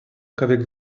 qu’avec